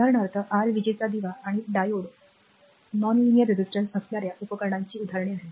उदाहरणार्थ आर विजेचा दिवा आणि डायोड नॉन रेखीय प्रतिरोधक असणार्या उपकरणांची उदाहरणे आहेत